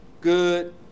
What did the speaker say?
Good